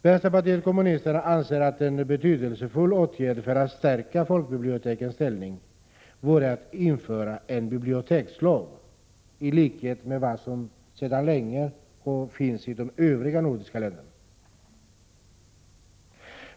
Vänsterpartiet kommunisterna anser att en betydelsefull åtgärd för att stärka folkbibliotekens ställning vore att införa en bibliotekslag, i likhet med vad som sedan länge finns i de övriga nordiska länderna.